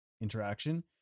interaction